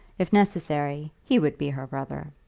if necessary, he would be her brother.